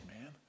man